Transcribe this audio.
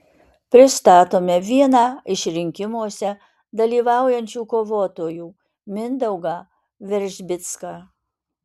pristatome vieną iš rinkimuose dalyvaujančių kovotojų mindaugą veržbicką